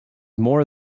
more